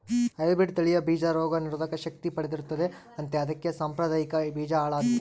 hybrid ತಳಿಯ ಬೀಜ ರೋಗ ನಿರೋಧಕ ಶಕ್ತಿ ಪಡೆದಿರುತ್ತದೆ ಅಂತೆ ಅದಕ್ಕೆ ಸಾಂಪ್ರದಾಯಿಕ ಬೀಜ ಹಾಳಾದ್ವು